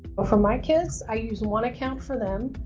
but for my kids, i use one account for them.